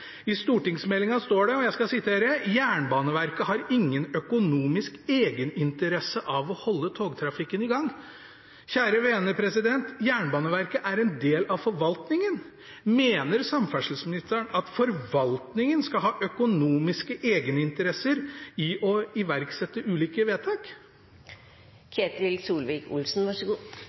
I stortingsmeldingen står det, og jeg skal sitere: «Jernbaneverket har ingen økonomisk egeninteresse av å holde togtrafikken i gang.» Kjære, vene – Jernbaneverket er en del av forvaltningen. Mener samferdselsministeren at forvaltningen skal ha økonomiske egeninteresser av å iverksette ulike vedtak?